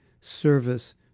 service